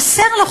חסר לו,